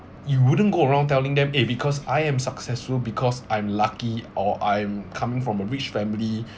you wouldn't go around telling them eh because I am successful because I'm lucky or I'm coming from a rich family